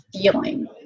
feeling